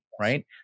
right